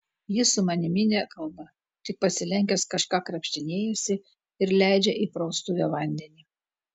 jis su manimi nekalba tik pasilenkęs kažką krapštinėjasi ir leidžia į praustuvę vandenį